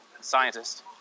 scientist